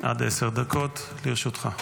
עד עשר דקות לרשותך.